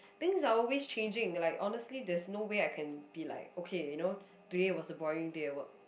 things are always changing there are like honestly there's no way I can be like okay you know today is a boring day at work